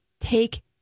take